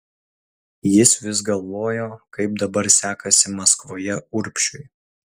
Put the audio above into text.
jis vis galvojo kaip dabar sekasi maskvoje urbšiui